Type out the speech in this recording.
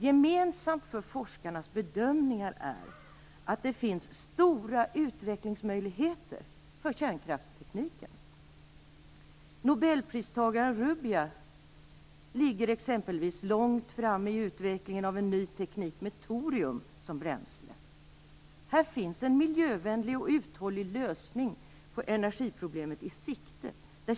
Gemensamt för forskarnas bedömningar är att det finns stora utvecklingsmöjligheter för kärnkraftstekniken. Nobelpristagaren Rubbia ligger exempelvis långt framme i utvecklingen av ny teknik med torium som bränsle. Här finns i sikte en miljövänlig och uthållig lösning på energiproblemet.